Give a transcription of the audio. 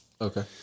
Okay